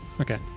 okay